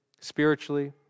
spiritually